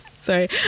Sorry